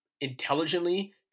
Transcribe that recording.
intelligently